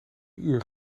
uur